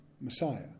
Messiah